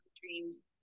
dreams